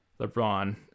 LeBron